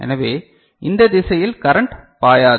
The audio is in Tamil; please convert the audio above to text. எனவே இந்த திசையில் கரன்ட் பாயாது